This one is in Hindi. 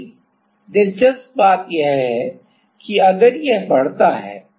लेकिन दिलचस्प बात यह है कि अगर यह बढ़ता है